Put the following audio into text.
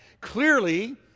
clearly